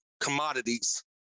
commodities